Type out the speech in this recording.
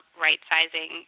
right-sizing